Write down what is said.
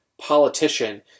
politician